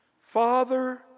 Father